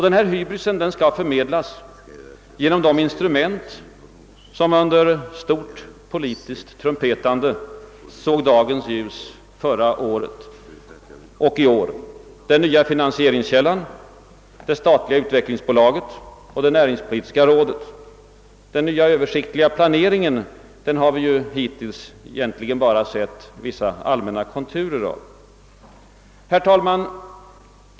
Denna hybris skall förmedlas genom de instrument, som under kraftigt politiskt trumpetande såg dagens ljus förra året och i år, den nya finansieringskällan, det statliga utvecklingsbolaget och det näringspolitiska rådet. Den nya översiktliga planeringen har vi hittills egentligen bara sett vissa allmänna konturer av. Herr talman!